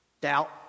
doubt